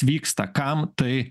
vyksta kam tai